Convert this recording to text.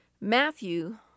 Matthew